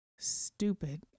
Stupid